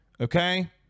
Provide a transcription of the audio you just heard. okay